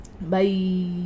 Bye